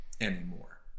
anymore